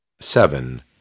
Seven